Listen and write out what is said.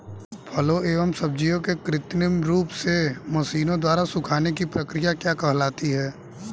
फलों एवं सब्जियों के कृत्रिम रूप से मशीनों द्वारा सुखाने की क्रिया क्या कहलाती है?